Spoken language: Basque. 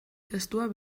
testua